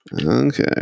Okay